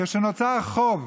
כשנוצר חוב,